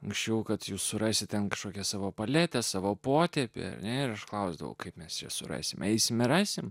anksčiau kad jūs surasite ten kažkokią savo paletę savo potėpį ir klausdavo kaip mes ją surasime eisime rasime